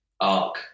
arc